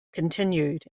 continued